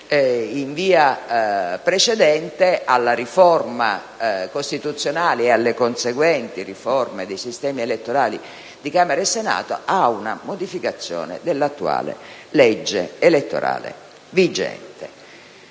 in via precedente alla riforma costituzionale e alle conseguenti riforme dei sistemi elettorali di Camera e Senato, a una modificazione dell'attuale legge elettorale vigente.